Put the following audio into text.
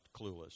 clueless